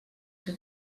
que